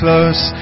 Close